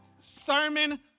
Sermon